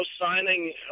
signing